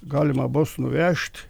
galima bus nuvežt